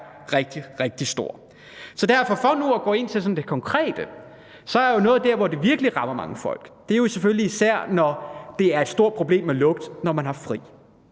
rigtig, rigtig stor. Så derfor – for nu at gå ind i det konkrete – er noget af det, som virkelig rammer folk, jo selvfølgelig især, når der er et stort problem med lugt, når man har fri.